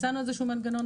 הצענו איזשהו מנגנון,